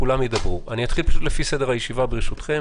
כולם ידברו ואני אתחיל לפי סדר הישיבה, ברשותכם.